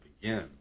begin